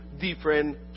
different